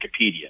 Wikipedia